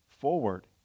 forward